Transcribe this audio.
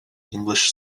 english